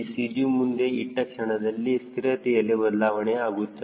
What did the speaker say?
c CG ಮುಂದೆ ಇಟ್ಟ ಕ್ಷಣದಲ್ಲಿ ಸ್ಥಿರತೆಯಲ್ಲಿ ಬದಲಾವಣೆಯು ಆಗುತ್ತದೆ